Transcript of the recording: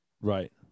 Right